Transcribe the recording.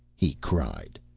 he cried,